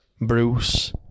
Bruce